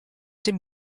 dem